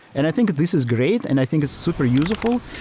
and i think this is great, and i think it's super useful.